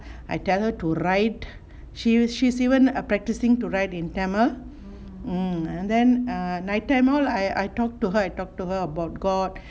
I tell her to write she she's even err practising to write in Tamil mm and then err like Tamil I I talk to her I talk to her about god